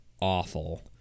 awful